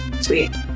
Sweet